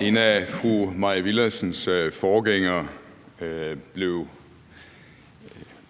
En af fru Maj Villadsens forgængere blev